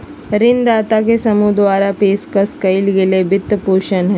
ऋणदाता के समूह द्वारा पेशकश कइल गेल वित्तपोषण हइ